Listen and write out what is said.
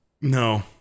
No